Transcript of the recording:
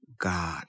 God